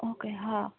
okay હા